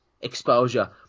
exposure